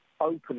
open